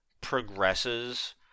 progresses